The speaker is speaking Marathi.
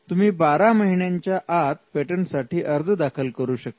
तुम्ही बारा महिन्यांच्या आत पेटंटसाठी अर्ज दाखल करू शकता